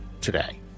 today